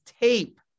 tape